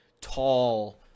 tall